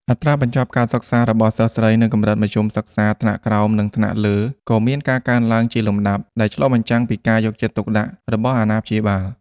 អត្រាបញ្ចប់ការសិក្សារបស់សិស្សស្រីនៅកម្រិតមធ្យមសិក្សាថ្នាក់ក្រោមនិងថ្នាក់លើក៏មានការកើនឡើងជាលំដាប់ ដែលឆ្លុះបញ្ចាំងពីការយកចិត្តទុកដាក់របស់អាណាព្យាបាល។